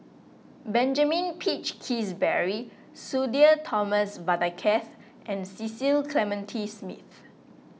Benjamin Peach Keasberry Sudhir Thomas Vadaketh and Cecil Clementi Smith